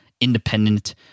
independent